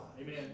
Amen